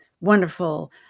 wonderful